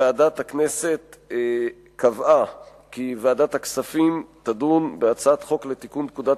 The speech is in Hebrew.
ועדת הכנסת קבעה כי ועדת הכספים תדון בהצעת חוק לתיקון פקודת